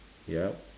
yup